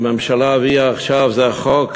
הממשלה הביאה עכשיו, זה החוק